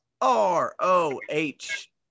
R-O-H